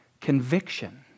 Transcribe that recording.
conviction